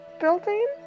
building